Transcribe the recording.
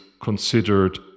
considered